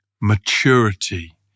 maturity